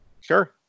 Sure